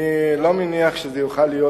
אני לא מניח שזה יוכל להיות,